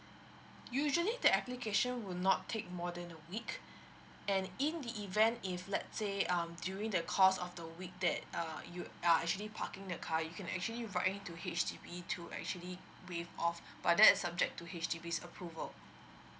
usually the application will not take more than a week and in the event if let say um during the course of the week that err you are actually parking the car you can actually walk in to H_D_B to actually waive off but that is subject to a H_D_B approval